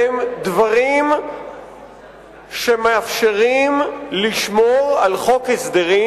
והם דברים שמאפשרים לשמור על חוק הסדרים,